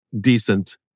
decent